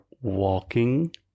walking